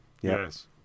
Yes